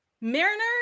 Mariner